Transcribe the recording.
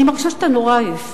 אני מרגישה שאתה נורא עייף.